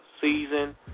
season